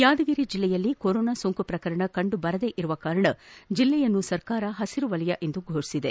ಯಾದಗಿರಿ ಜಿಲ್ಲೆಯಲ್ಲಿ ಕೊರೊನಾ ಸೋಂಕು ಪ್ರಕರಣ ಕಂಡುಬರದ ಕಾರಣ ಜಿಲ್ಲೆಯನ್ನು ಸರ್ಕಾರ ಪಸಿರು ವಲಯ ಎಂದು ಫೋಷಿಸಿದೆ